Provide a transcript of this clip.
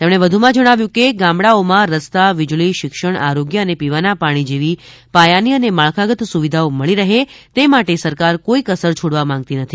તેમણે વધુ માં કહ્યું હતું કે ગામડાઓમાં રસ્તાફ વીજળી શિક્ષણ આરોગ્યમ અને પીવાના પાણી જેવી પાયાની અને માળખાગત સુવિધાઓ મળી રહે તે માટે સરકાર કોઈ કસર છોડવા માંગતી નથી